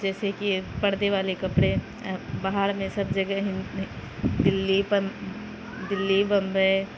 جیسے کہ پردے والے کپڑے باہر میں سب جگہ دلّی دلّی بمبئے